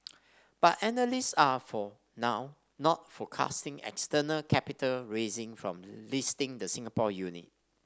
but analysts are for now not forecasting external capital raising from listing the Singapore unit